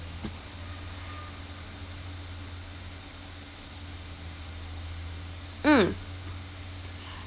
mm